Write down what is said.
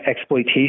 exploitation